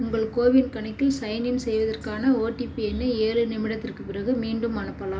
உங்கள் கோவின் கணக்கில் சைன்இன் செய்வதற்கான ஓடிபி எண்ணை ஏழு நிமிடத்துக்குப் பிறகு மீண்டும் அனுப்பலாம்